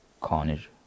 Carnage